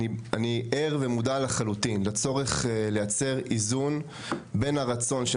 אני ער ומודע לחלוטין לצורך לייצר איזון בין הרצון של